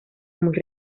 muy